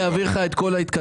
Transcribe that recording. אעביר לך את כל ההתכתבויות.